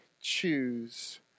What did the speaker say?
choose